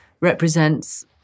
represents